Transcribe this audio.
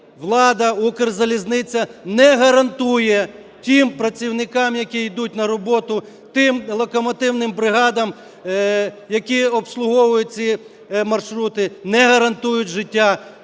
влада, "Укрзалізниця" не гарантує тим працівникам, які йдуть на роботу, тим локомотивним бригадам, які обслуговують ці маршрути, не гарантують життя,